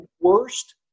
worst